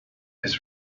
his